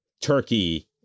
turkey